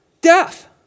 Death